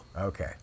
Okay